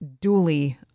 duly